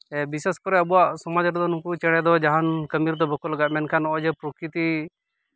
ᱵᱤᱥᱮᱥ ᱠᱚᱨᱮ ᱟᱵᱚᱣᱟᱜ ᱥᱚᱢᱟᱡᱽ ᱨᱮᱫᱚ ᱱᱩᱠᱩ ᱪᱮᱬᱮ ᱫᱚ ᱡᱟᱦᱟᱱ ᱠᱟᱹᱢᱤ ᱨᱮᱫᱚ ᱵᱟᱠᱚ ᱞᱟᱜᱟᱜᱼᱟ ᱢᱮᱱᱠᱷᱟᱱ ᱱᱚᱜᱼᱚᱭ ᱡᱮ ᱯᱨᱚᱠᱨᱤᱛᱤ